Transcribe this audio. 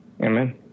Amen